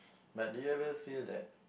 like do you ever feel that